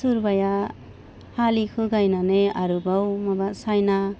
सोरबाया हालिखौ गायनानै आरोबाव माबा साइना